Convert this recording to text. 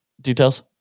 details